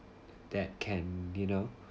that can you know